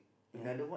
ya